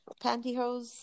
pantyhose